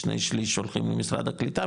שני שליש הולכים למשרד הקליטה,